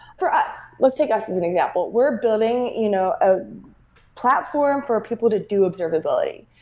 for us, let's take us us an example. we're building you know a platform for people to do observability,